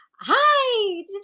hi